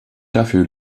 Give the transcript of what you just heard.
dafür